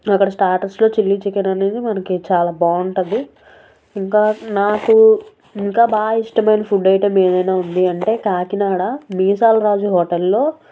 అక్కడ స్టార్టర్స్లో chilli chicken అనేది మనకి చాలా బాగుంటుంది ఇంకా నాకు ఇంకా బాగా ఇష్టమైన ఫుడ్ ఐటమ్ ఏదైనా ఉంది అంటే కాకినాడ మీసాల రాజు హోటల్లో